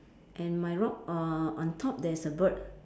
and my rock uh on top there's a bird